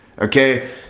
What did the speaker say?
Okay